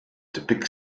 depict